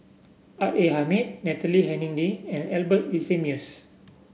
R A Hamid Natalie Hennedige and Albert Winsemius